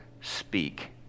speak